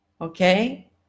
Okay